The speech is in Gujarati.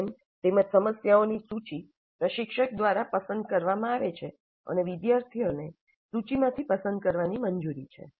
ડોમેન તેમજ સમસ્યાઓની સૂચિ પ્રશિક્ષક દ્વારા પસંદ કરવામાં આવે છે અને વિદ્યાર્થીઓને સૂચિમાંથી પસંદ કરવાની મંજૂરી છે